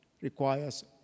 requires